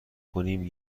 کنیم